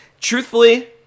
Truthfully